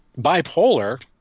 bipolar